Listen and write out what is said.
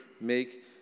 make